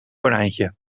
konijntje